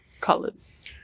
colors